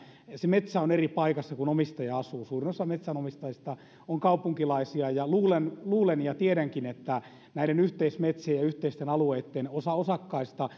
se metsä on eri paikassa kuin missä omistaja asuu suuri osa metsänomistajista on kaupunkilaisia luulen luulen ja tiedänkin että näiden yhteismetsien ja yhteisten alueitten osakkaista